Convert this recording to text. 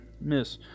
miss